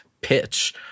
pitch